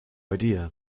idea